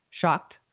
Shocked